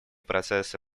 процессы